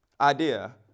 idea